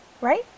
right